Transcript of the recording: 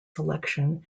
selection